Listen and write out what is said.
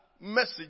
message